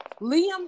Liam